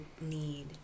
need